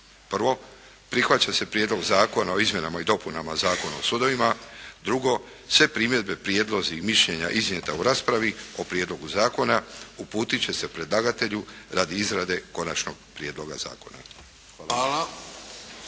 Prvo, prihvaća se Prijedlog zakona o izmjenama i dopunama Zakona o sudovima. Drugo, sve primjedbe, prijedlozi i mišljenja iznijeta u raspravi o prijedlogu zakona uputit će se predlagatelju radi izrade konačnog prijedloga zakona. Hvala.